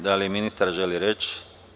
Da li ministar želi reč?